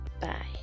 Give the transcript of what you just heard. bye